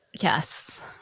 yes